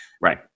right